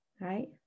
right